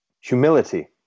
humility